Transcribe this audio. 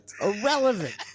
Irrelevant